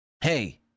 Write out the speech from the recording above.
hey